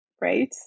right